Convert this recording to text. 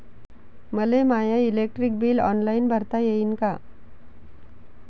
मले माय electric bill online भरता येईन का?